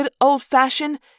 old-fashioned